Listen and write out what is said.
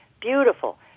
Beautiful